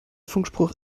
funkspruch